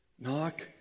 Knock